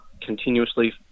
continuously